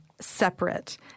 separate